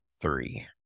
three